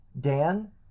Dan